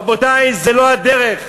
רבותי, זו לא הדרך,